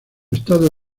estado